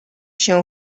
się